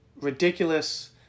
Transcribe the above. ridiculous